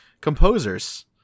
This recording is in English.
composers